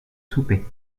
souper